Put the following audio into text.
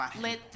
Let